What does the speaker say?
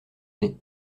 nez